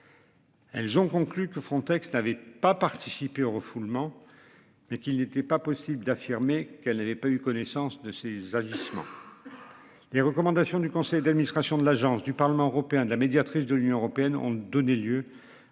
Elles ont conclu que Frontex n'avait pas participé au refoulement. Mais qu'il n'était pas possible d'affirmer qu'elle n'avait pas eu connaissance de ses agissements. Les recommandations du conseil d'administration de l'Agence du parlement européen de la médiatrice de l'Union européenne ont donné lieu à la mise